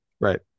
right